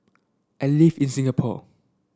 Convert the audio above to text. I live in Singapore